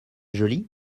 jolie